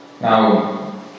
now